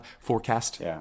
forecast